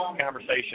conversation